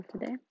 today